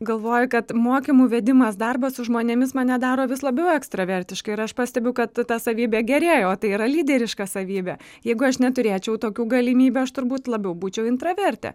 galvoju kad mokymų vedimas darbas su žmonėmis mane daro vis labiau ekstravertiška ir aš pastebiu kad ta savybė gerėja o tai yra lyderiška savybė jeigu aš neturėčiau tokių galimybių aš turbūt labiau būčiau intravertė